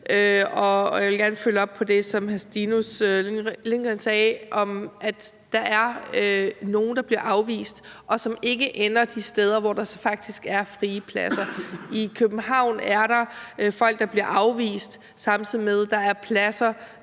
jeg vil gerne følge op på det, som hr. Stinus Lindgreen sagde om, at der er nogle, der bliver afvist og ikke ender de steder, hvor der faktisk er frie pladser. I København er der folk, der bliver afvist, samtidig med at der er pladser